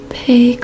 pay